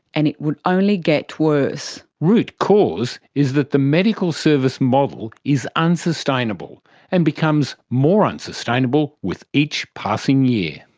and it would only get worse. root cause is that the medical service model is unsustainable and becomes more unsustainable with each passing year.